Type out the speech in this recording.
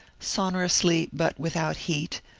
sonorously but without heat,